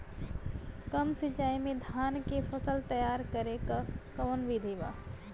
कम सिचाई में धान के फसल तैयार करे क कवन बिधि बा?